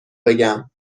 بگم